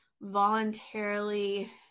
voluntarily